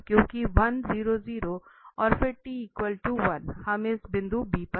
हम इस बिंदु B पर हैं